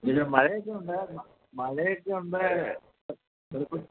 പിന്നെ മഴയൊക്കെ ഉണ്ടായിരുന്നു മഴയൊക്കെ ഉണ്ട് തണുപ്പും